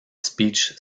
speech